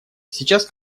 сейчас